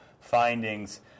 findings